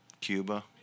Cuba